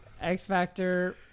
X-Factor